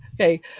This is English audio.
Okay